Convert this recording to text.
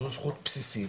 זאת זכות בסיסית